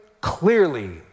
clearly